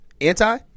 Anti